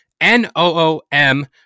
N-O-O-M